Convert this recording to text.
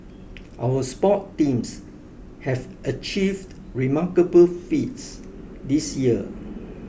our sports teams have achieved remarkable feats this year